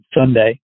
Sunday